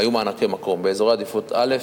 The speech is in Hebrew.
היו מענקי מקום באזורי עדיפות א',